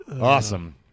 Awesome